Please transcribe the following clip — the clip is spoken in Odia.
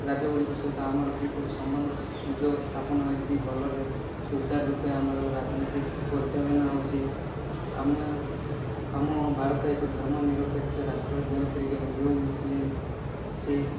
ରାଜ୍ୟ ଗୁଡ଼ିକ ସହିତ ଆମର କିପରି ସମ୍ବଦ୍ଧ ସୁଯୋଗ ସ୍ଥାପନ ହୋଇଛି ଭଲରେ ସୁଚାର ରୂପେ ଆମର ରାଜନୀତି ପରିଚାଳନା ହେଉଛି ଆମେ ଆମ ଭାରତ ଏକ ଧର୍ମନିରପେକ୍ଷ ରାଷ୍ଟ୍ର ଯେଉଁଥିରେକି ହିନ୍ଦୁ ମୁସଲିମ୍ ଶିଖ୍